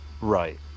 Right